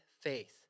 faith